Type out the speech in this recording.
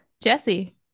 jesse